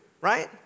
right